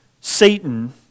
Satan